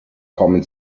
kommen